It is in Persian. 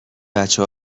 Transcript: بچه